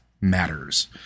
matters